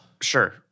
Sure